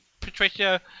Patricia